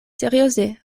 serioze